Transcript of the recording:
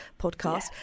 podcast